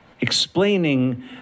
Explaining